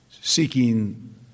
seeking